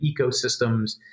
ecosystems